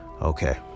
Okay